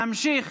נמשיך